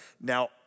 now